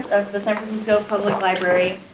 of the san francisco public library.